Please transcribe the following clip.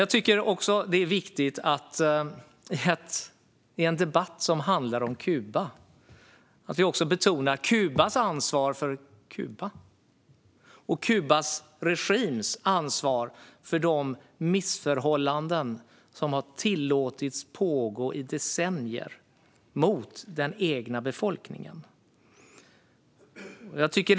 Jag tycker att det i en debatt som handlar om Kuba är viktigt att också betona Kubas ansvar för Kuba och Kubas regims ansvar för de missförhållanden som den egna befolkningen har levt under och som har tillåtits pågå i decennier.